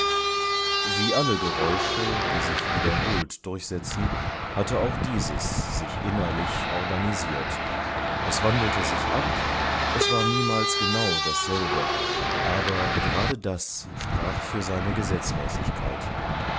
wie alle geräusche die sich wiederholt durchsetzen hatte auch dieses sich innerlich organisiert es wandelte sich ab es war niemals genau dasselbe aber gerade das sprach für seine gesetzmäßigkeit